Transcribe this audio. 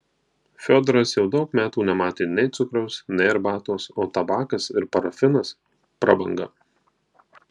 fiodoras jau daug metų nematė nei cukraus nei arbatos o tabakas ir parafinas prabanga